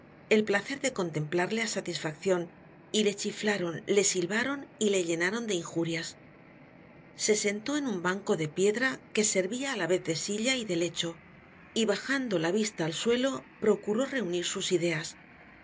el placer di contemplarle á satisfaccion y le chiflaron le silvaron y le llenaron de injurias content from google book search generated at se sentó en un banco de piedra que servia á la vez de silla y de lecho y bajando la vista al suelo procuró reunir sus ideas por